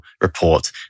report